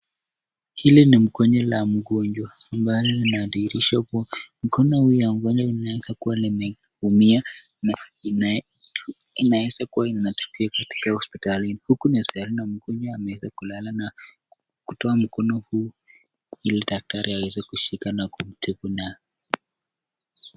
Hili ni mkono ya mgonjwa ambao linadirisha kuwa mkono hiyo ya mgonjwa inaweza kuwa limeumia na inaweza kuwa inatibiwa katika hospitalini. Huku hospitali ama mgonjwa ameweza kulala na kutoa mkono huo ili daktari aweze kushika na kumtibu na.